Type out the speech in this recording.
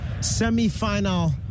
semi-final